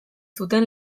zuten